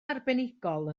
arbenigol